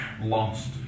lost